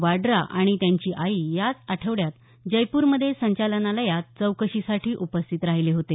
वाड्रा आणि त्यांची आई याच आठवड्यात जयप्रमध्ये संचलानालयात चौकशीसाठी उपस्थित राहीले होते